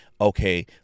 Okay